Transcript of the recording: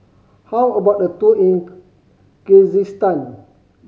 how about a tour in Kyrgyzstan